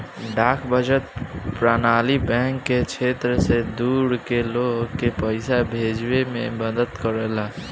डाक बचत प्रणाली बैंक के क्षेत्र से दूर के लोग के पइसा बचावे में मदद करेला